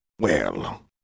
Well